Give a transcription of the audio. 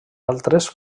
altres